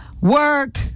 work